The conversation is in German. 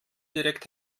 direkt